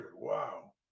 wow